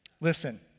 Listen